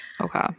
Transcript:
Okay